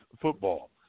football